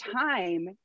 time